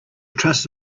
trust